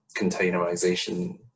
containerization